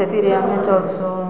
ସେଥିରେ ଆମେ ଚଲ୍ସୁଁ